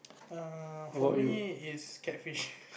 err for me is catfish